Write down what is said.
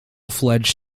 fledged